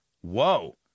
whoa